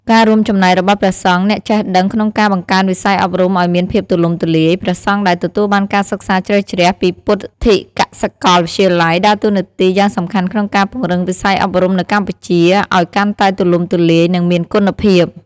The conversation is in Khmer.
ការរួមចំណែករបស់ព្រះសង្ឃអ្នកចេះដឹងក្នុងការបង្កើនវិស័យអប់រំឲ្យមានភាពទូលំទូលាយ ព្រះសង្ឃដែលទទួលបានការសិក្សាជ្រៅជ្រះពីពុទ្ធិកសាកលវិទ្យាល័យដើរតួនាទីយ៉ាងសំខាន់ក្នុងការពង្រីកវិស័យអប់រំនៅកម្ពុជាឱ្យកាន់តែទូលំទូលាយ និងមានគុណភាព។